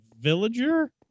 villager